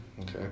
okay